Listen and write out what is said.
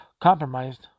compromised